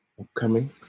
Upcoming